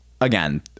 again